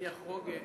אני אחרוג.